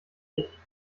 ich